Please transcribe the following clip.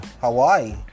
Hawaii